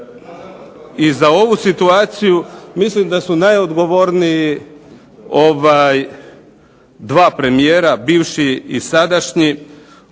I za ovu situaciju mislim da su najodgovorniji 2 premijera, bivši i sadašnji,